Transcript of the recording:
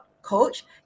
Coach